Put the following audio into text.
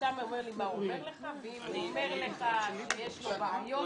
הישיבה ננעלה בשעה